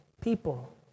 people